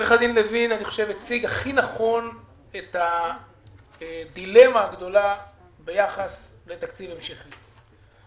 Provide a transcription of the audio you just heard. עורך הדין לוין הציג הכי נכון את הדילמה הגדולה ביחס לתקציב המשכי.